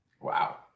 Wow